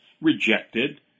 rejected